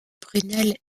prunelle